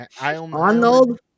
Arnold